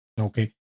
Okay